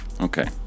Okay